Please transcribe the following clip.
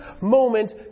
moment